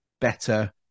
better